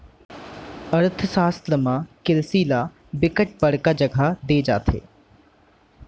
अर्थसास्त्र म किरसी ल बिकट बड़का जघा दे जाथे